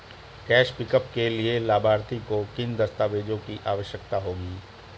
Cash pickup के लिए लाभार्थी को किन दस्तावेजों की आवश्यकता होगी?